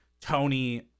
Tony